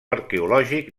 arqueològic